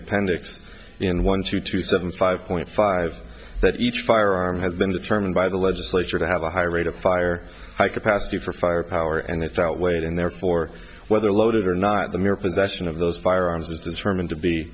appendix in one to two thousand and five point five that each firearm has been determined by the legislature to have a high rate of fire high capacity for firepower and it's outweighed and therefore whether loaded or not the mere possession of those firearms is determined to be